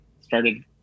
started